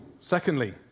Secondly